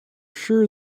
sure